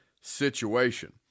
situation